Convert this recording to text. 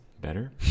better